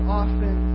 often